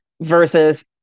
versus